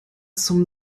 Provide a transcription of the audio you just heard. zum